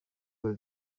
will